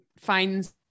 finds